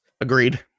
Agreed